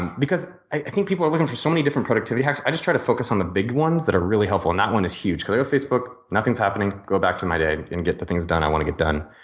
and because i think people are looking for so many different productivity apps i just try to focus on the big ones that are really helpful and that one is huge. go on facebook nothing's happening go back to my day and get the things done i want to get done.